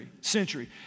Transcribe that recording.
century